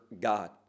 god